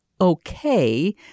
okay